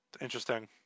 interesting